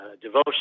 devotion